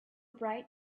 bright